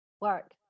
work